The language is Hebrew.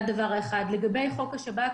לגבי חוק השב"כ,